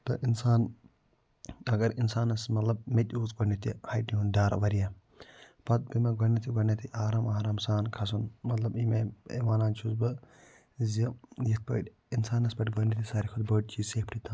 تہٕ اِنسان اگر اِنسانَس مَطلَب مےٚ تہِ اوس گۄڈٕنٮ۪تھ یہِ ہایٹہِ ہُنٛد ڈَر واریاہ پَتہٕ پیوٚو مےٚ گۄڈٕنٮ۪تھٕے گۄڈٕنٮ۪تھٕے آرام آرام سان کھَسُن مَطلَب اَمہِ آے ونان چھُس بہٕ زِ یِتھ پٲٹھۍ اِنسانَس پٮ۪ٹھ گۄڈٕنٮ۪تھٕے ساروی کھۄتہٕ بٔڑ چیٖز سیفٹی تھاوُن